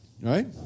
right